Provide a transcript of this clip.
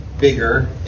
bigger